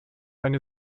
eine